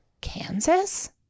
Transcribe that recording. Kansas